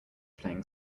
playing